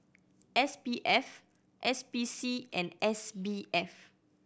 S P F S P C and S B F